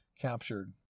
captured